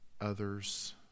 others